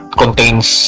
contains